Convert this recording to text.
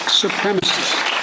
supremacists